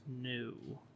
new